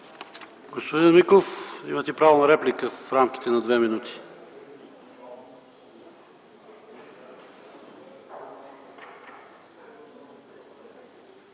Господин Миков, имате право на реплика в рамките на две минути.